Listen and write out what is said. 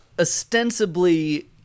ostensibly